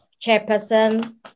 Chairperson